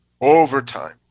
Overtime